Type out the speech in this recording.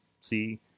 see